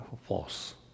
force